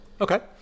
okay